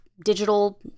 digital